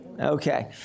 Okay